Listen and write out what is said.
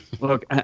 Look